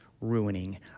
ruining